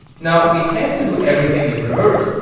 now we have to do everything in reverse.